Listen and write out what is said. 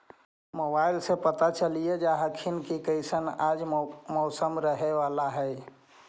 मोबाईलबा से पता चलिये जा हखिन की कैसन आज मौसम रहे बाला है?